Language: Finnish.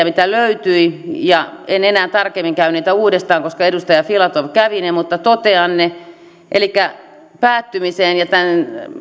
joita löytyi useita keskeisiä enkä enää tarkemmin käy niitä uudestaan läpi koska edustaja filatov kävi ne läpi mutta totean ne päättymiseen ja tämän